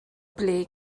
ble